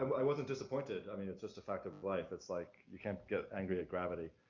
um i wasn't disappointed, i mean it's just a fact of life, it's like, you can't get angry at gravity.